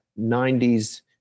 90s